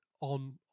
on